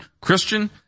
Christian